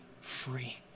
free